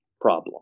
problem